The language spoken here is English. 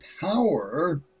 power